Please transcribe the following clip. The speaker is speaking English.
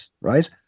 right